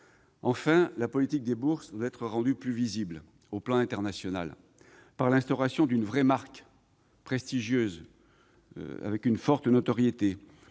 Enfin, la politique des bourses doit être rendue plus visible sur le plan international par l'instauration d'une vraie marque, prestigieuse, avec une forte notoriété-